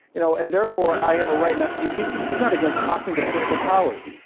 you know and therefore, i have a right not to be beaten. he's not against talking to political powers,